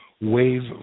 wave